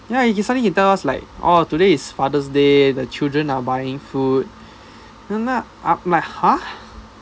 ya he suddenly he tell us like orh today is fathers' day the children are buying food then lah I'm like ha